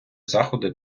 заходи